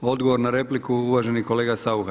Odgovor na repliku, uvaženi kolega Saucha.